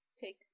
take